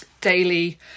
daily